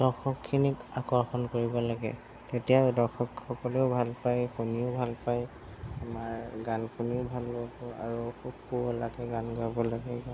দৰ্শকখিনিক আকৰ্ষণ কৰিব লাগে তেতিয়াই দৰ্শকসকলেও ভাল পায় শুনিও ভাল পায় আমাৰ গান শুনিও ভাল পাব আৰু খুব শুৱলাকৈ গান গাব লাগে